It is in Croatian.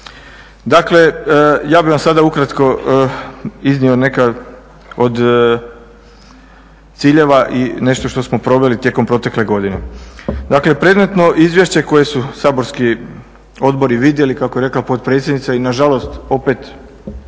Dakle, ja bih vam sada ukratko iznio neka od ciljeva i nešto što smo proveli tijekom protekle godine. Dakle, predmetno izvješće koje su saborski odbori vidjeli kako je rekla potpredsjednica i nažalost opet